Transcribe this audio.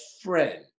friend